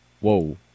Whoa